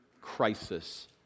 crisis